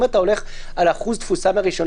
אם אתה הולך על אחוז תפוסה ברישיון,